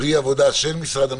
פרי עבודה של משרדי המשפטים,